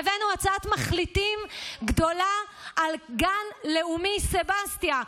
והבאנו הצעת מחליטים גדולה על גן לאומי סבסטיה,